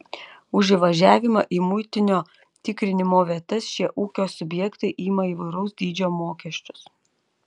už įvažiavimą į muitinio tikrinimo vietas šie ūkio subjektai ima įvairaus dydžio mokesčius